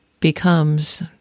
becomes